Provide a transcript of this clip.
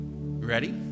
ready